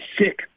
sick